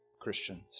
Christians